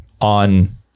on